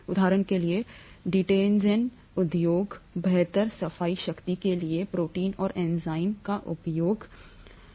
उदाहरण के लिए डिटर्जेंट उद्योग बेहतर सफाई शक्ति के लिए प्रोटीज और एमाइलेज का उपयोग करता है